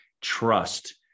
trust